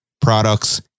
products